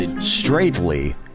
straightly